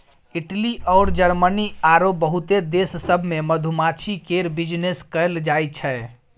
Italy अउर Germany आरो बहुते देश सब मे मधुमाछी केर बिजनेस कएल जाइ छै